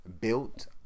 built